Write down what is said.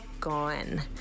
gone